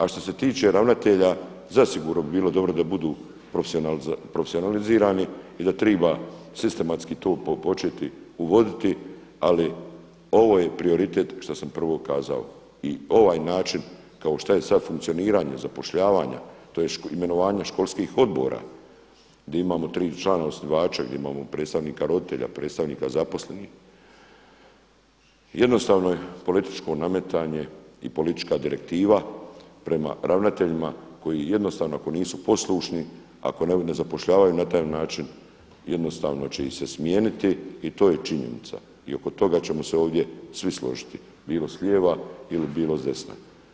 A što se tiče ravnatelja zasigurno bi bilo dobro da budu profesionalizirani i da treba sistematski to početi uvoditi ali ovo je prioritet što sam prvo kazao i ovaj način kao što je sada funkcioniranje zapošljavanja tj. imenovanje školskih odbora gdje imamo tri člana osnivača, gdje imamo predstavnika roditelja, predstavnika zaposlenih jednostavno je političko nametanje i politička direktiva prema ravnateljima koji jednostavno ako nisu poslušni, ako ne zapošljavaju na taj način, jednostavno će ih se smijeniti i to je činjenica, i oko toga ćemo se ovdje svi složiti, bilo slijeva ili bilo s desna.